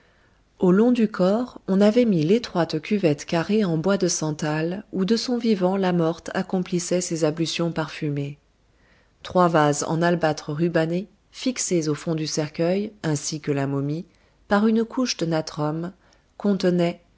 au long du corps on avait mis l'étroite cuvette carrée en bois de santal où de son vivant la morte accomplissait ses ablutions parfumées trois vases en albâtre rubané fixés au fond du cercueil ainsi que la momie par une couche de natrum contenaient